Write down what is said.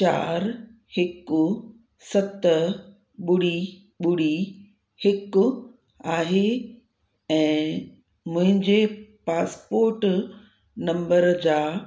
चार हिकु सत ॿुड़ी ॿुड़ी हिकु आहे ऐं मुंहिंजे पासपोर्ट नम्बर जा